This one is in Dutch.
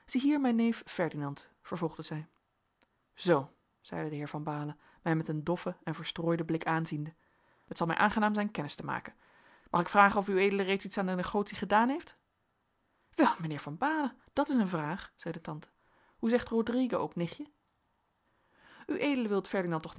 mijn neef ferdinand vervolgde zij zoo zeide de heer van baalen mij met een doffen en verstrooiden blik aanziende het zal mij aangenaam zijn kennis te maken mag ik vragen of ued reeds iets aan de negotie gedaan heeft wel mijnheer van baalen dat is een vraag zeide tante hoe zegt rodrigue ook nichtje ued wilt ferdinand